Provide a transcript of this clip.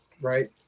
right